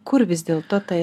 kur vis dėlto ta